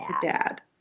dad